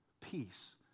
peace